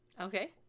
Okay